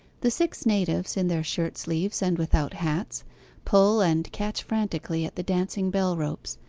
the six natives in their shirt-sleeves, and without hats pull and catch frantically at the dancing bellropes,